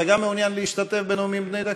גם אתה מעוניין להשתתף בנאומים בני דקה?